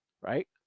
Right